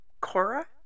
Cora